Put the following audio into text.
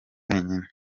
wenyine